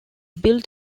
built